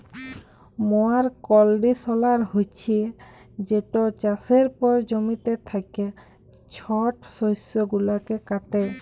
ময়ার কল্ডিশলার হছে যেট চাষের পর জমিতে থ্যাকা ছট শস্য গুলাকে কাটে